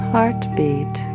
Heartbeat